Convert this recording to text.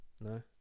No